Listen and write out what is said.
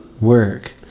work